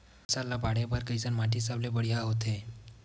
फसल ला बाढ़े बर कैसन माटी सबले बढ़िया होथे?